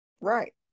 right